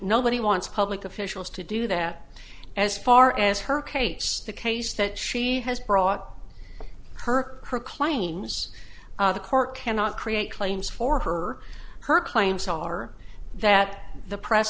nobody wants public officials to do that as far as her case the case that she has brought her her claims the court cannot create claims for her her claims are that the press